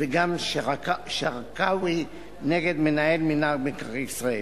וגם שרקאוי נגד מינהל מקרקעי ישראל.